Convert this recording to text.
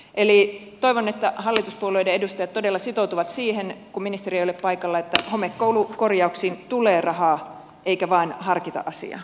eli toivon että hallituspuolueiden edustajat kun ministeri ei ole paikalla todella sitoutuvat siihen että homekoulukorjauksiin tulee rahaa eikä vain harkita asiaa